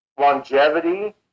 longevity